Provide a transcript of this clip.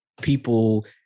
people